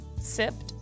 sipped